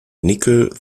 nickel